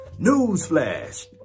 Newsflash